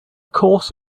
course